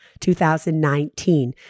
2019